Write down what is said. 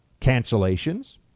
cancellations